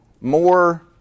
more